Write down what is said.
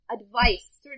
advice